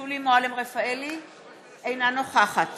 אינה נוכחת